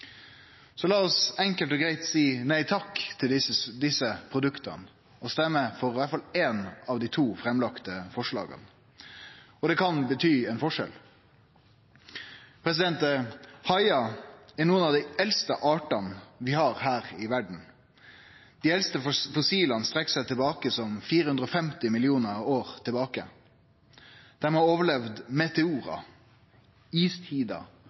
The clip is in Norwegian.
Så la oss enkelt og greitt seie nei takk til desse produkta og stemme for iallfall eitt av dei framlagte forslaga. Det kan bety ein forskjell. Haiane er nokre av dei eldste artane vi har her i verda. Dei eldste fossila strekkjer seg 450 millionar år tilbake. Dei har overlevd meteorar, istider og vulkanutbrot. Spørsmålet er om dei overlever mennesket. Akkurat her kan vi bidra positivt. SV kjem derfor primært til